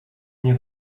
nie